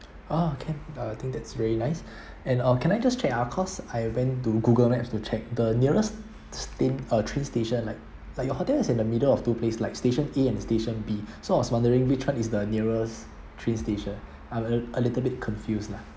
ah can I think that's really nice and uh can I just check ah cause I went to google maps to check the nearest stain uh train station like like your hotel is in the middle of two place like station A and station B so I was wondering which one is the nearest train station I'm a a little bit confused lah